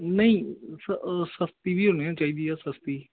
ਨਹੀਂ ਸ ਸਸਤੀ ਵੀ ਹੋਣੀ ਚਾਹੀਦੀ ਆ ਸਸਤੀ